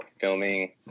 filming